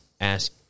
ask